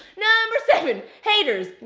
number seven, haters!